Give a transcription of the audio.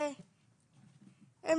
למען